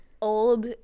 old